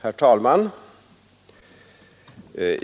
Herr talman!